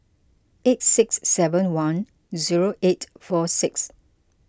eight six seven one zero eight four six